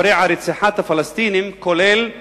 המורה על רציחת הפלסטינים, כולל תינוקות,